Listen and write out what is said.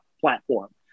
platform